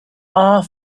our